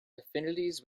affinities